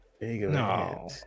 no